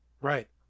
Right